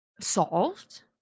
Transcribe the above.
solved